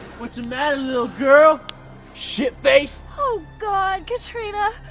what's the matter little girl shit-faced. oh god katrina,